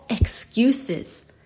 excuses